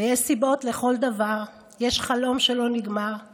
ויש סיבות לכל דבר, יש חלום שלא נגמר /